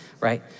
right